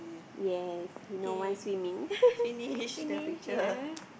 yes he no one swimming finish yeah